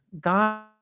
God